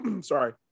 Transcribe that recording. sorry